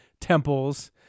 temples